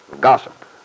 Gossip